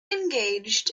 engaged